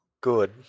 Good